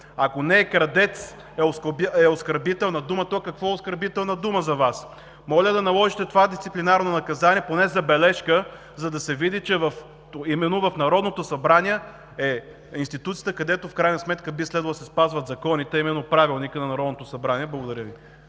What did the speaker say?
Ако „крадец“ не е оскърбителна дума, то какво е оскърбителна дума за Вас? Моля да наложите това дисциплинарно наказание, поне забележка, за да се види, че Народното събрание е институцията, където в крайна сметка би следвало да се спазват законите, а именно Правилникът на Народното събрание. Благодаря Ви.